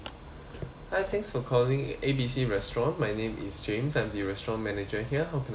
hi thanks for calling A B C restaurant my name is james I'm the restaurant manager here how can I help you